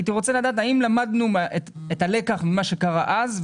הייתי רוצה לדעת האם למדנו את הלקח ממה שקרה אז,